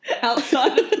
outside